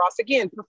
again